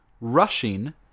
Rushing